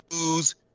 use